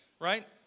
right